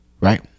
Right